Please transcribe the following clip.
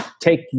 take